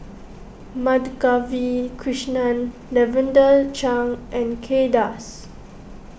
Madhavi Krishnan Lavender Chang and Kay Das